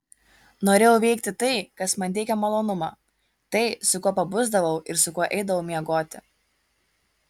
norėjau veikti tai kas man teikia malonumą tai su kuo pabusdavau ir su kuo eidavau miegoti